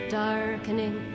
darkening